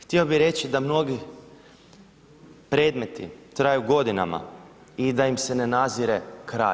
Htio bi reći da mnogi predmeti traju godinama i da im se ne nadzire kraj.